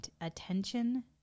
attention